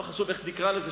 לא חשוב איך נקרא לזה,